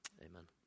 amen